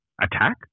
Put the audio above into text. attack